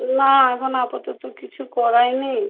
না এখন আপাতত কিছু করাই নি